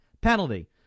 Penalty